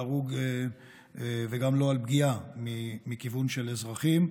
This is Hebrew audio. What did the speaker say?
הרוג וגם לא על פגיעה מכיוון של אזרחים.